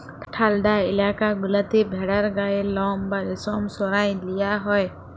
ঠাল্ডা ইলাকা গুলাতে ভেড়ার গায়ের লম বা রেশম সরাঁয় লিয়া হ্যয়